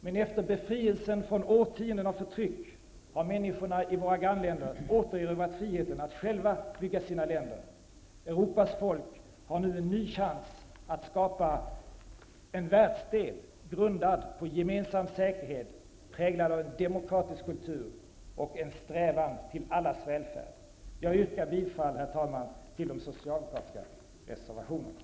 Men efter befrielsen från årtionden av förtryck har människorna i våra grannländer återerövrat friheten att själva bygga sina länder. Europas folk har en ny chans att skapa en världsdel grundad på gemensam säkerhet, präglad av en demokratisk kultur och av en strävan till allas välfärd. Jag yrkar bifall till de socialdemokratiska reservationerna.